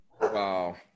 Wow